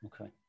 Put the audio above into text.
Okay